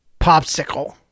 popsicle